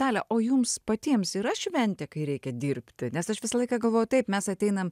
dalia o jums patiems yra šventė kai reikia dirbti nes aš visą laiką galvoju taip mes ateinam